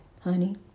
honey